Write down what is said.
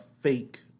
fake